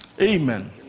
amen